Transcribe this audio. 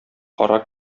кара